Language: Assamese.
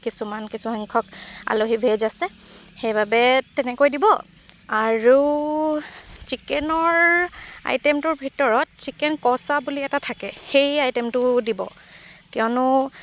কিছুমান কিছুসংখ্যক আলহী ভেজ আছে সেইবাবে তেনেকৈ দিব আৰু চিকেনৰ আইটেমটোৰ ভিতৰত চিকেন ক'ছা বুলি এটা থাকে সেই আইটেমটোও দিব কিয়নো